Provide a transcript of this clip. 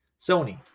Sony